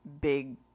big